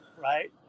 Right